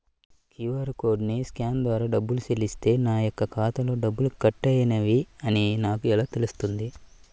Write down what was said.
QR కోడ్ని scan ద్వారా డబ్బులు చెల్లిస్తే నా యొక్క ఖాతాలో డబ్బులు కట్ అయినవి అని నాకు ఎలా తెలుస్తుంది?